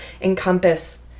encompass